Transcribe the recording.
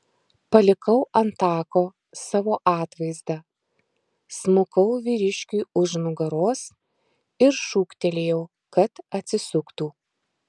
palikau ant tako savo atvaizdą smukau vyriškiui už nugaros ir šūktelėjau kad atsisuktų